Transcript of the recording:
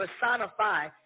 personify